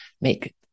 make